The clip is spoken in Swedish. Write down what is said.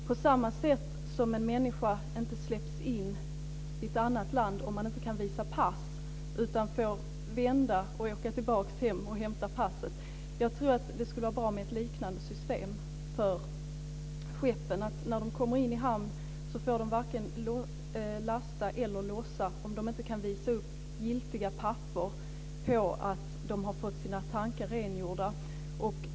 På samma sätt som en människa inte släpps in i ett annat land om man inte kan visa pass utan får vända och åka tillbaka hem och hämta passet tror jag det skulle vara bra med ett liknande system för skeppen. När de kommer in i hamn får de varken lasta eller lossa om de inte kan visa upp giltiga papper på att de har fått sina tankar rengjorda.